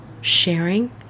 sharing